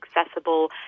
accessible